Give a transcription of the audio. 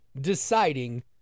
deciding